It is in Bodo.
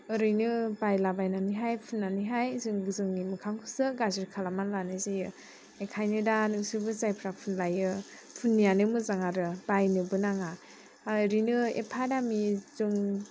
ओरैनो बायलाबायनानै फुननानै जोंनि मोखांखौसो गाज्रि खालामनानै लानाय जायो बेनिखायनो दा नोंसोरबो जायफोरा फुनलायो फुनियानो मोजां आरो बायनोबो नाङा ओरैनो एफा दामि जों